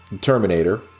Terminator